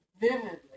vividly